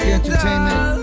Entertainment